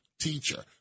teacher